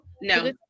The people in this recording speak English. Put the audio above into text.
No